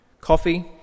Coffee